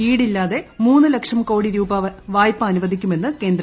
ഈടില്ലാതെ മൂന്ന് ലക്ഷം കോടി രൂപ വായ്പ അനുവദിക്കുമെന്ന് കേന്ദ്ര ധനമന്ത്രി